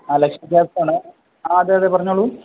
ആ ലക്ഷ്മീ ട്രാവെൽസാണ് ആ അതെ അതേ പറഞ്ഞുകൊള്ളൂ